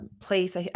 place